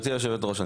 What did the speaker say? גברתי היושבת-ראש,